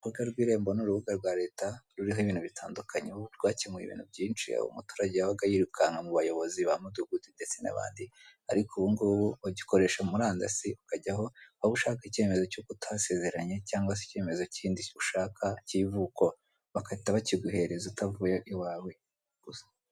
Urubuga rw'irembo ni urubuga rwa Leta ruriho ibintu bitandukanye, rwakemuye ibintu byinshi Aho umuturage yabaga yirukanga mubayobozi ba mudugudu ndetse n'abandi ariko ubu ngubu ugikoresha murandasi ukajyaho waba ushaka icyemezo cy'uko utasezeranye nyangwa ikezo kindi ushaka cy'ivuko bagahita bakiguhereza utavuye iwawe.